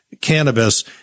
cannabis